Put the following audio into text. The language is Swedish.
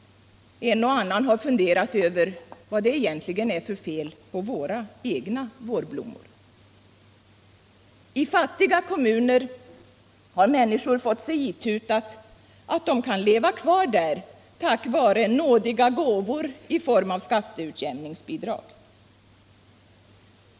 En och annan har funderat över vad det egentligen är för fel på våra egna vårblommor. I fattiga kommuner har människor fått sig itutat att de kan leva kvar tack vare nådiga gåvor i form av skatteutjämningsbidrag.